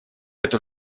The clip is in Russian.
эту